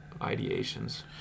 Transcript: ideations